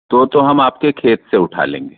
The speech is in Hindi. तो तो हम आपके खेत से उठा लेंगे